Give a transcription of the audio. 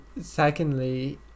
secondly